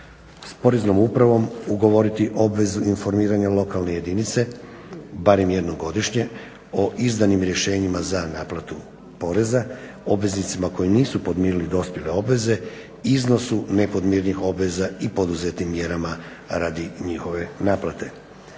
S Poreznom upravom ugovoriti obvezu informiranja lokalne jedinice, barem jednom godišnje, o izdanim rješenjima za naplatu poreza, obveznicima koji nisu podmirili dospjele obveze iznosu nepodmirenih obveza i poduzetim mjerama radi njihove naplate.